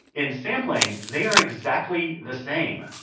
in sampling they are exactly the same.